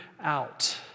out